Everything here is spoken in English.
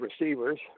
receivers